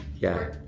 yeah.